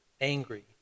angry